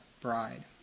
bride